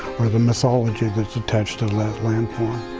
or the mythology that's attached to that landform.